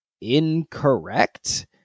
incorrect